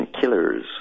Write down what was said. killers